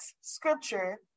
scripture